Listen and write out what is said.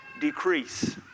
decrease